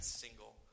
single